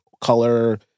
color